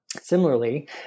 Similarly